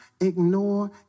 ignore